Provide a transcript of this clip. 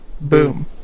Boom